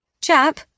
Chap